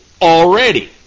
already